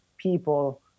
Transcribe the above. people